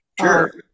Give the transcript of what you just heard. Sure